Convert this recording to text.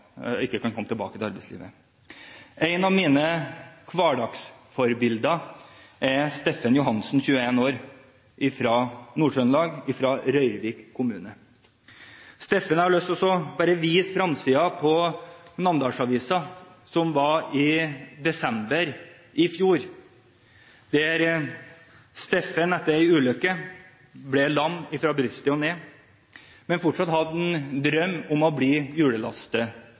kan komme tilbake til arbeidslivet. En av mine hverdagsforbilder er Steffen Johansen, 21 år fra Nord-Trøndelag, fra Røyrvik kommune. Jeg har bare lyst til å vise fremsiden av Namdalsavisa fra desember i fjor. Den viser Steffen, som etter en ulykke ble lam fra brystet og ned, men fortsatt hadde en drøm om å bli